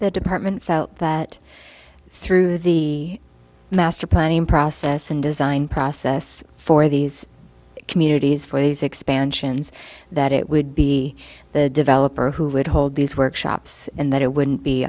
the department felt that through the master planning process and design process for these communities phrase expansions that it would be the developer who would hold these workshops and that it wouldn't be